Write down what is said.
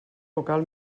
local